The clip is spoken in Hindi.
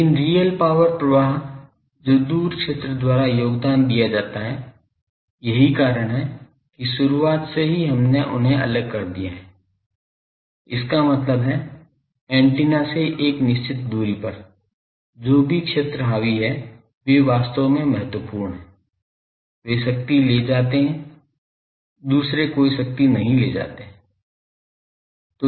लेकिन रियल पॉवर प्रवाह जो दूर क्षेत्र द्वारा योगदान दिया जाता है यही कारण है कि शुरुआत से ही हमने उन्हें अलग कर दिया है इसका मतलब है एंटीना से एक निश्चित दूरी पर जो भी क्षेत्र हावी हैं वे वास्तव में महत्वपूर्ण हैं वे शक्ति ले जाते हैं दूसरे कोई शक्ति नहीं ले जाते है